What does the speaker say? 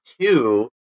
two